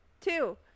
Two